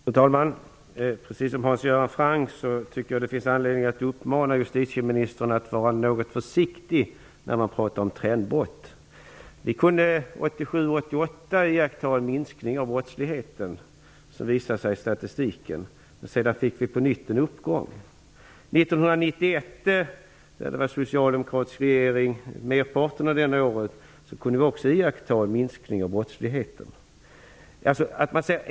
Fru talman! Precis som Hans Göran Franck tycker jag att det finns anledning att uppmana justitieministern att vara något försiktig när man talar om trendbrott. Vi kunde 1987--1988 iaktta en minskning av brottsligheten enligt statistiken. Sedan fick vi på nytt en uppgång. 1991 kunde vi också -- under merparten av året hade vi socialdemokratisk regering -- iaktta en minskning av brottsligheten.